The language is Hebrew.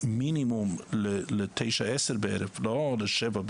מינימום ל-21:00 או 22:00 בערב ולא ל-19:00.